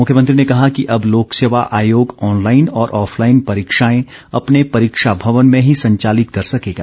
मुख्यमंत्री ने कहा कि अब लोकसेवा आयोग ऑनलाईन और ऑफलाईन परीक्षाएं अपने परीक्षा भवन में ही संचालित कर सकेगा